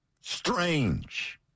Strange